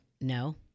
No